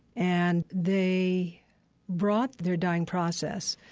and they brought their dying process,